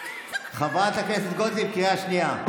חברת הכנסת גוטליב, קריאה שנייה.